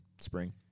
spring